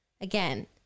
again